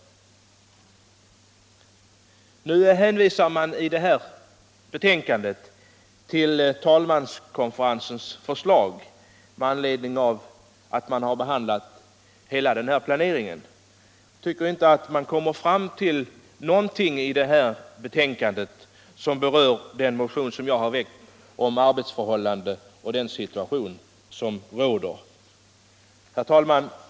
Utskottet hänvisar i sitt betänkande till talmanskonferensens förslag med anledning av betänkandet från utredningen angående översyn av riksdagens arbetsformer. Jag tycker inte att det finns någonting i betänkandet som berör den motion jag har väckt om arbetsförhållandena och den situation som råder. Herr talman!